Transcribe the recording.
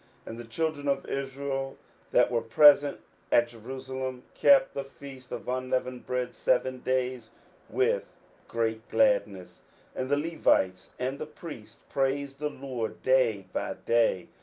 and the children of israel that were present at jerusalem kept the feast of unleavened bread seven days with great gladness and the levites and the priests praised the lord day by day,